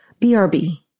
BRB